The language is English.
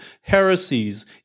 heresies